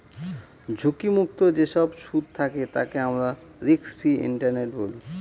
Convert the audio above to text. ঝুঁকি মুক্ত যেসব সুদ থাকে তাকে আমরা রিস্ক ফ্রি ইন্টারেস্ট বলি